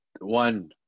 one